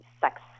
sex